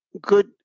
good